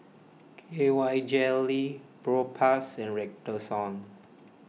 K Y Jelly Propass and Redoxon